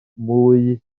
mwy